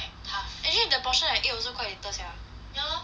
actually the portion I ate also quite little sia